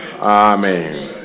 Amen